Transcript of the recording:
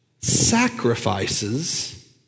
sacrifices